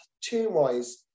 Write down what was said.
tune-wise